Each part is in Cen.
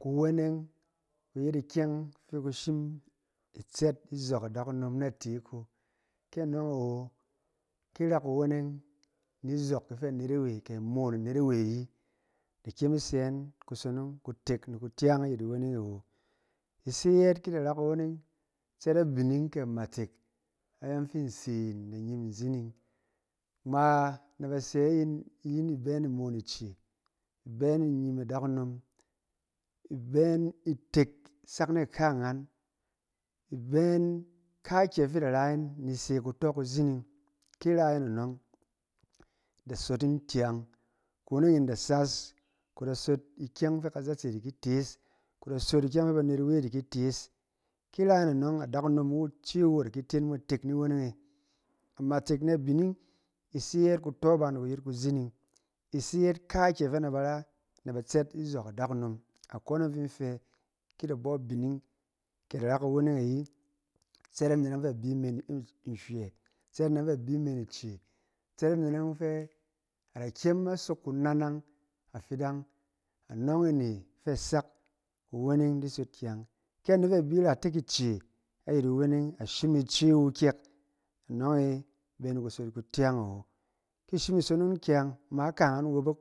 Kuweneng ku yet ikyɛng fɛ ba shim itsɛd izɔk adakunom n ate ko, kɛ anɔng awo ki ina kuwenneng ni izɔk ifɛ anet awe ke imoon a net awe ayi ida kyem isɛ yin kusonong kutek ni kutyang ayit iweneng e awo. Ise yɛɛt, ki ida ra kuweneng, tsɛd abining ke amatek ayɔng fi nse yin da nyim inzining. Ngma naba sɛ yin, yin bɛ yin imoon ice, ibɛ yin nyim adakunom, ibɛ yin itek sak n aka nghaan, ibɛ yin, ka kɛ fi ida nayin ni ise kutɔ kuzining. Ki ira yin anɔng ida sot yin tyang. Kuweneng yin da saas ku da sot ikyɛng fɛ kazatse diki tees. Ku da sot kyɛng fɛ banet awe diki tees. Ki ina yin anɔng adakunom iwu ice wu ada kidi te yin mo itek ni weneng e. amatek ni abining ise yɛɛt kutɔ ba ni yet kuzining, ise yet kakyɛ fɛ na bar a na ba tsɛd izɔk adakunom. Akɔne yɔng fi nfɛ ki ida bɔ abining ke ida ra kuweneng ayi, tsɛd anet yɔng fɛ abi imen ice, tsɛ da anet yɔng fɛ ada kem a sok kunanang afidang anɔnge ne fɛ sak kuweneng di sot kyaang. kɛ anet fɛ abi iratek ice ayit iweneng ashim ice wa kyɛk anong e be ni kusot kutyang awo ki ishim isot yin kyaang ma ka nghaan wobok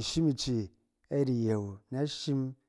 ishim ice ayit iye wan a shim.